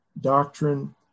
doctrine